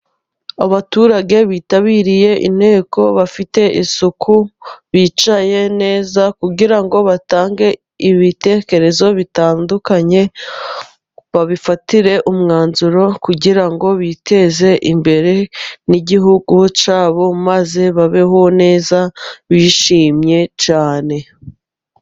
Abaturage bitabiriye inteko, bafite isuku bicaye neza kugira ngo batange ibitekerezo bitandukanye, babifatire umwanzuro kugira ngo biteze imbere n'igihugu cyabo, maze babeho neza bishimye cyane.